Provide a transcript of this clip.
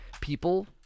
people